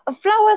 flowers